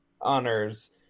honors